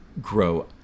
grow